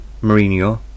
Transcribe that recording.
Mourinho